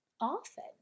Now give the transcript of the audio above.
often